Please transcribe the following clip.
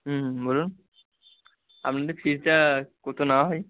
হুম বলুন আপনাদের ফিজটা কত নেওয়া হয়